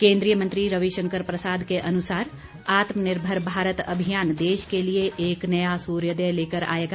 केन्द्रीय मंत्री रविशंकर प्रसाद के अनुसार आत्मनिर्भर भारत अभियान देश के लिए एक नया सूर्योदय लेकर आएगा